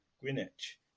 Greenwich